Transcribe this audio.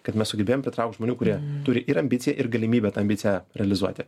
kad mes sugebėjom pritraukt žmonių kurie turi ir ambiciją ir galimybę tą ambiciją realizuoti